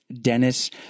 Dennis